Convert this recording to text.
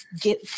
get